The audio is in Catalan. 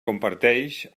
comparteix